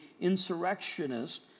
insurrectionist